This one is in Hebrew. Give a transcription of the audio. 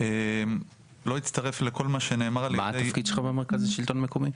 מה התפקיד שלך במרכז השלטון המקומי?